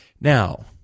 Now